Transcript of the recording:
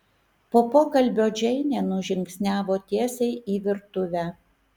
po pokalbio džeinė nužingsniavo tiesiai į virtuvę